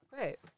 Right